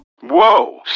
Whoa